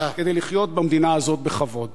כדי לחיות במדינה הזאת בכבוד.